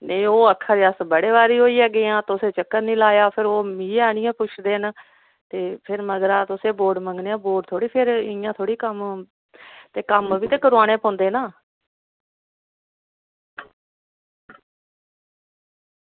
नेईं ओह् आक्खा दे बड़े बारी होइयै गेदे आं तुस ते फिर चक्कर निं लाया फिर ओह् मिगी आह्नियै पुच्छदे न मगरा तुसें बोट मंग्गने मगरा इंया थोह्ड़े वोट ते कम्म बी करवाने पौंदे न